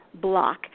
block